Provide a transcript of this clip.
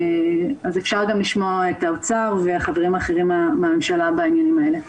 אז אפשר גם לשמוע את האוצר וחברים אחרים מהממשלה בעניינים האלה.